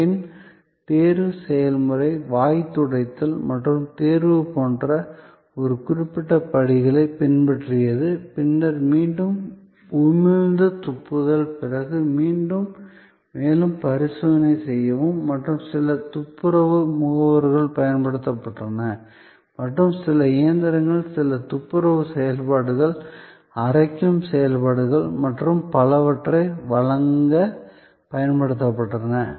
பின்னர் தேர்வு செயல்முறை வாய் துடைத்தல் அல்லது தேர்வு போன்ற ஒரு குறிப்பிட்ட படிகளைப் பின்பற்றியது பின்னர் மீண்டும் உமிழ்ந்து துப்புதல் பிறகு மீண்டும் மேலும் பரிசோதனை செய்யவும் மற்றும் சில துப்புரவு முகவர்கள் பயன்படுத்தப்பட்டன மற்றும் சில இயந்திரங்கள் சில துப்புரவு செயல்பாடுகள் அரைக்கும் செயல்பாடுகள் மற்றும் பலவற்றை வழங்க பயன்படுத்தப்பட்டன